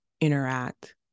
interact